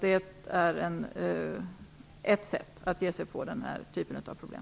Det är ett sätt att ge sig på denna typ av problem.